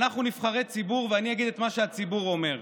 אנחנו נבחרי ציבור ואני אגיד את מה שהציבור אומר,